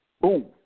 boom